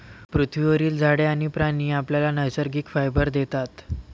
पृथ्वीवरील झाडे आणि प्राणी आपल्याला नैसर्गिक फायबर देतात